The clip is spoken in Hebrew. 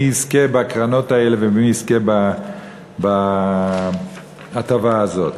מי יזכה בקרנות האלה ומי יזכה בהטבה הזאת.